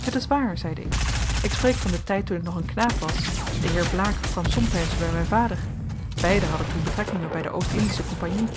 het is waar zeide ik ik spreek van den tijd toen ik nog een knaap was de heer blaek kwam somtijds bij mijn vader beiden hadden toen betrekkingen bij de oost-indische compagnie